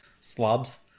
Slobs